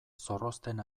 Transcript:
zorrozten